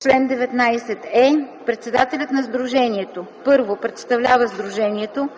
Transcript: Чл. 19е. Председателят на сдружението: 1. представлява сдружението;